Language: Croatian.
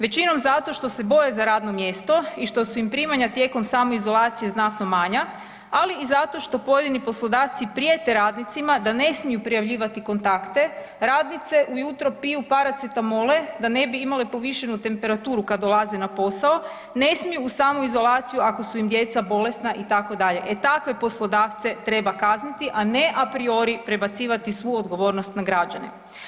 Većinom zato što se boje za radno mjesto i što su im primanja tijekom samoizolacije znatno manja, ali i zato što pojedini poslodavci prijete radnicima da ne smiju prijavljivati kontakte, radnice ujutro piju paracetamole da ne bi imale povišenu temperaturu kad dolaze na posao, ne smiju u samoizolaciju ako su im djeca bolesna itd., e takve poslodavce treba kazniti, a ne a priori prebacivati svu odgovornost prebacivati na građane.